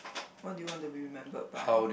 what do you want to be remembered by